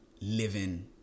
living